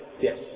Yes